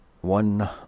One